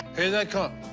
here they come.